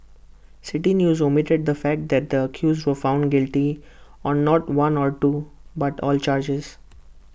City News omitted the fact that the accused were found guilty on not one or two but all charges